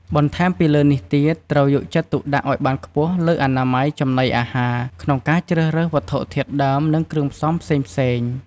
បន្ថែមពីលើនេះទៀតត្រូវយកចិត្តទុកដាក់អោយបានខ្ពស់លើអនាម័យចំណីអាហារក្នុងការជ្រើសរើសវត្ថុធាតុដើមនិងគ្រឿងផ្សំផ្សេងៗ។